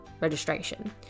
registration